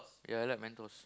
yeah I like Mentos